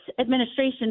administration